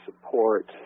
support